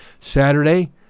Saturday